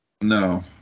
No